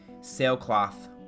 Sailcloth